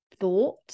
thought